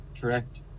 Correct